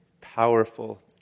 powerful